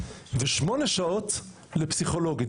ושמונה שעות לפסיכולוגית.